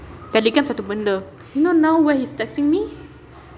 telegram satu benda you know now where he's texting me